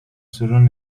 سورون